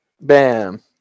bam